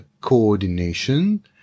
coordination